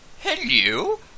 Hello